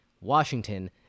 Washington